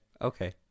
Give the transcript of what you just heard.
okay